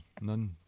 None